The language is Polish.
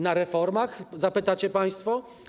Na reformach - zapytacie państwo.